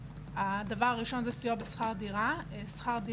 המסלול הראשון הוא סיוע בשכר דירה שאנחנו